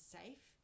safe